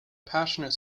passionate